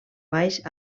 baix